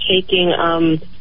taking